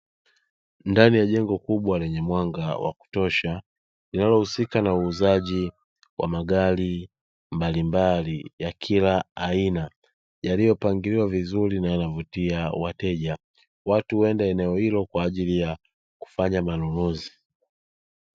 Ndani ya jengo kubwa lenye mwanga wakutosha linalohusika na uuzaji wa magari mbalimbali ya kila aina, yaliyopangiliwa vizuri na yanayovutia wateja, watu huenda eneo hilo kwa ajili ya kufanya manunuzi.